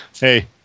Hey